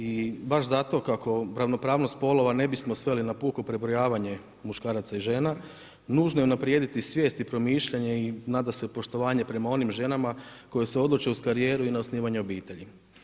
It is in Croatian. I baš zato kako ravnopravnost spolova ne bismo sveli na puko prebrojavanje muškaraca i žena, nužno je unaprijediti svijest i promišljanje i nadasve poštovanje prema onim žena koje se odluče uz karijeru, i na osnivanje obitelji.